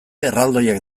erraldoiak